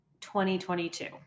2022